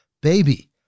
baby